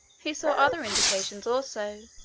he saw other indications, also,